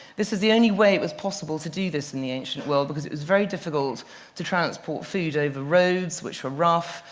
this is the only way it was possible to do this in the ancient world, because it was very difficult to transport food over roads which were rough.